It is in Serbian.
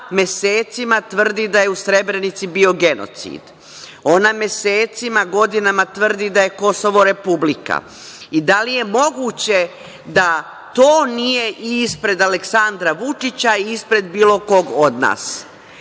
mesecima tvrdi da je u Srebrenici bio genocid. Ona mesecima, godinama tvrdi da je Kosovo republika. Da li je moguće da to nije i ispred Aleksandra Vučića i ispred bilo kog od nas.